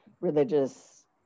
religious